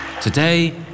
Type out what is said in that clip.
Today